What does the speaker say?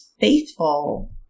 faithful